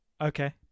Okay